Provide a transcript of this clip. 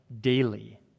daily